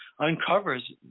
uncovers